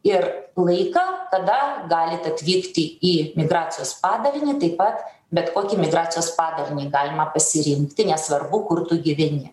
ir laiką kada galit atvykti į migracijos padalinį taip pat bet kokį migracijos padalinį galima pasirinkti nesvarbu kur tu gyveni